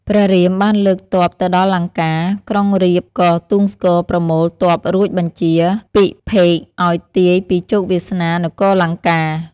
ព្រះរាមបានលើកទ័ពទៅដល់លង្កា ក្រុងរាពណ៍ក៏ទូងស្គរប្រមូលទ័ពរួចបញ្ជា ពិភេកឱ្យទាយពីជោគវាសនានគរលង្កា។